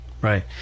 right